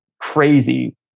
crazy